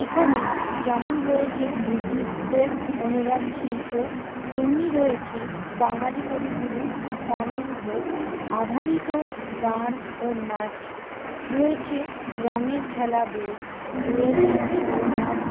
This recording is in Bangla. এখানে যেমন রয়েছে বুদ্ধিস্টদের অনুরাগী শিল্প তেমনি রয়েছে বাঙালি কবিগুরুর গানের উপর আধারিত গান ও নাচ রয়েছে রঙের খেলা দোল রয়েছে ছৌ নাচ